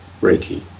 Reiki